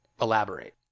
elaborate